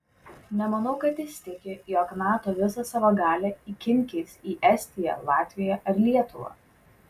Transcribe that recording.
nemanau kad jis tiki jog nato visą savo galią įkinkys į estiją latviją ar lietuvą